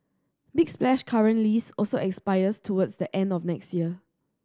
big Splash's current lease also expires towards the end of next year